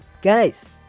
Guys